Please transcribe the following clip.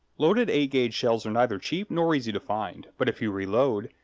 loaded eight ga shells are neither cheap nor easy to find but if you reload,